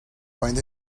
find